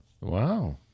Wow